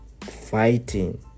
fighting